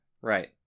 Right